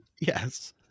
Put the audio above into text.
Yes